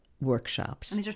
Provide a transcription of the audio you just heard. workshops